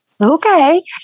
Okay